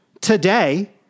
Today